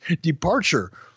departure